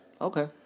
Okay